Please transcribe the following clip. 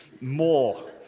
more